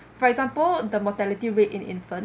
for example the mortality rate in infants